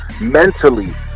mentally